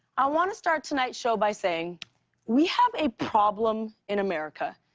i want to start tonight's show by saying we have a problem in america.